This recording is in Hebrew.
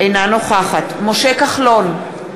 אינה נוכחת משה כחלון,